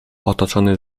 otoczony